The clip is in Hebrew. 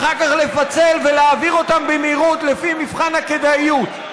ואחר כך לפצל ולהעביר אותן במהירות לפי מבחן הכדאיות.